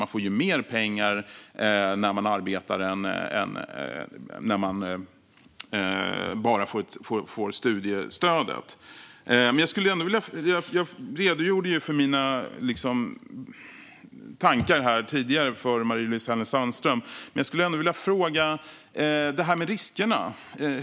Man får ju mer pengar när man arbetar än när man bara får studiestödet. Jag redogjorde för mina tankar tidigare för Marie-Louise Hänel Sandström, men jag skulle ändå vilja fråga om det här med riskerna.